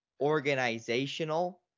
organizational